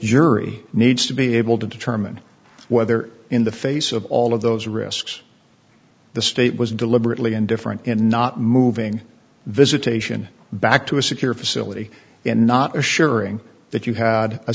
jury needs to be able to determine whether in the face of all of those risks the state was deliberately indifferent in not moving visitation back to a secure facility and not assuring that you had a